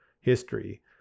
history